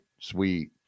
Sweet